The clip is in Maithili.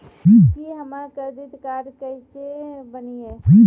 की हमर करदीद कार्ड केसे बनिये?